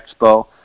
expo